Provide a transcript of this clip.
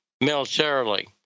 militarily